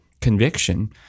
conviction